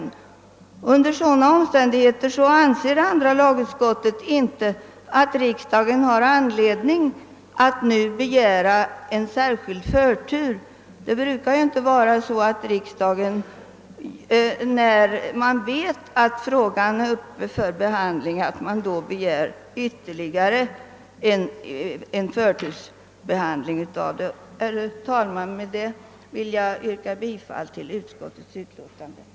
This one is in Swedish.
Därför anser andra lagutskottet inte att riksdagen har anledning att nu begära en särskild förtur. Det brukar inte vara så att riksdagen, när en fråga är föremål för behandling i en instans, begär ytterligare förtur. Herr talman! Med detta vill jag yrka bifall till utskottets hemställan.